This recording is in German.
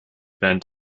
band